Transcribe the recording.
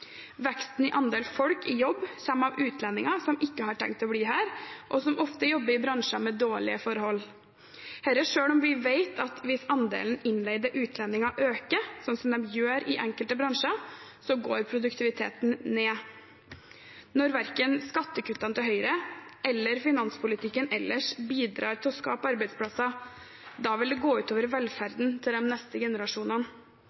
Veksten i andel folk i jobb kommer av utlendinger som ikke har tenkt å bli her, og som ofte jobber i bransjer med dårlige forhold. Dette er selv om vi vet at hvis andelen innleide utlendinger øker, sånn som den gjør i enkelte bransjer, går produktiviteten ned. Når verken skattekuttene til Høyre eller finanspolitikken ellers bidrar til å skape arbeidsplasser, vil det gå ut over